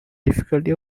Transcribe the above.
difficulty